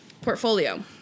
portfolio